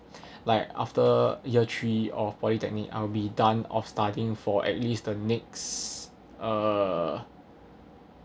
like after year three of polytechnic I'll be done of studying for at least the next uh